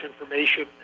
information